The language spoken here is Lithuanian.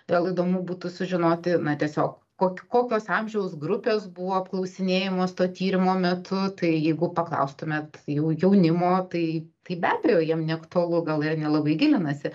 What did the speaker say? vėl įdomu būtų sužinoti na tiesiog kok kokios amžiaus grupės buvo apklausinėjamos to tyrimo metu tai jeigu paklaustumėt jau jaunimo tai tai be abejo jiem neaktualu gal e nelabai gilinasi